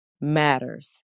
matters